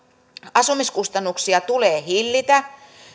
asumiskustannuksia tulee hillitä